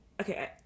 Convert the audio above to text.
Okay